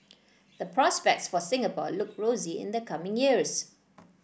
the prospects for Singapore look rosy in the coming years